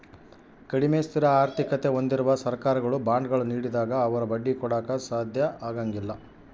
ಕಡಿಮೆ ಸ್ಥಿರ ಆರ್ಥಿಕತೆ ಹೊಂದಿರುವ ಸರ್ಕಾರಗಳು ಬಾಂಡ್ಗಳ ನೀಡಿದಾಗ ಅವರು ಬಡ್ಡಿ ಕೊಡಾಕ ಸಾಧ್ಯ ಆಗಂಗಿಲ್ಲ